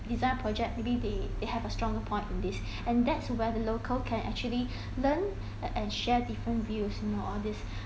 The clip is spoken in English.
design project maybe they they have a stronger point in this and that's where the local can actually learn uh and share different views you know all this